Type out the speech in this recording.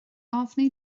ofni